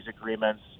agreements